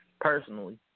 personally